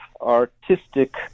artistic